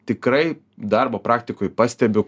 tikrai darbo praktikoj pastebiu